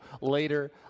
Later